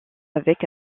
avec